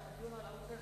יש שם דיון על ערוץ-10.